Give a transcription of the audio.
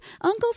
Uncle